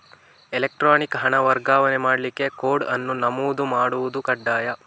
electronic ಹಣ ವರ್ಗಾವಣೆ ಮಾಡ್ಲಿಕ್ಕೆ ಕೋಡ್ ಅನ್ನು ನಮೂದು ಮಾಡುದು ಕಡ್ಡಾಯ